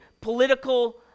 political